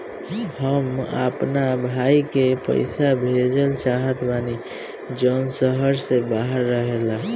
हम अपना भाई के पइसा भेजल चाहत बानी जउन शहर से बाहर रहेला